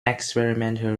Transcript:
experimental